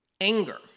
anger